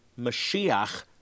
Mashiach